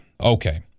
Okay